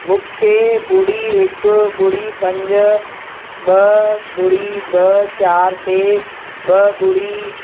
मूंखे ॿुड़ी हिकु ॿुड़ी पंज ॿ ॿुड़ी ॿ चार ते ॿ ॿुड़ी